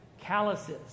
Calluses